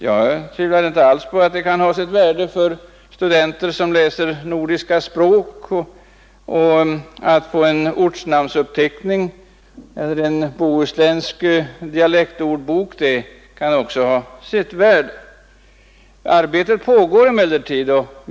Jag betvivlar inte att det kan ha sitt värde för studenter som läser nordiska språk att få en ortnamnsförteckning eller en bohuslänsk dialektordbok. Det kan ha sitt värde. Arbetet pågår emellertid.